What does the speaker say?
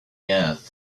earth